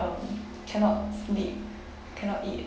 um cannot sleep cannot eat